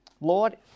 Lord